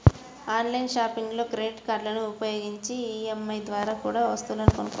online షాపింగ్లో credit కార్డులని ఉపయోగించి ఈ.ఎం.ఐ ద్వారా కూడా వస్తువులను కొనొచ్చు